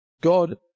God